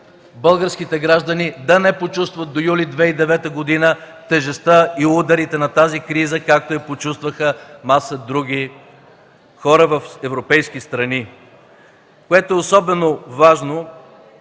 българските граждани да не почувстват до месец юли 2009 г. тежестта и ударите на тази криза, както я почувстваха маса други хора в европейски страни. Това, което е особено важно,